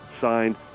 signed